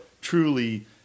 truly